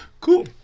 cool